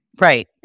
Right